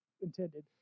intended